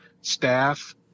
staff